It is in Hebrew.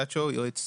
יועץ